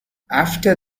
after